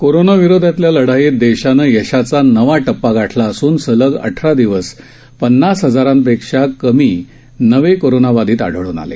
corona विरोधातल्या लढाईत देशानं यशाचा नवा टप्पा गाठला असून सलग अठरा दिवस पन्नास हजारापेक्षा कमी नवे कोरोनाबाधित आढळून आले